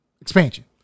expansion